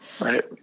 Right